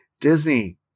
Disney